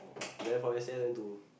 then from S_C_S went to